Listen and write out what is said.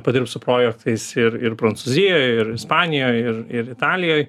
padirbt su projektais ir ir prancūzijoj ir ispanijoj ir ir italijoj